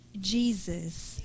Jesus